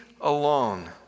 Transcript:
alone